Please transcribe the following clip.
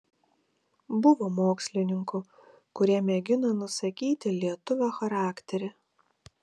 buvo mokslininkų kurie mėgino nusakyti lietuvio charakterį